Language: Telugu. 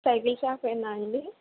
సైకిల్ షాప్ ఏ నా అండీ